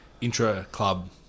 intra-club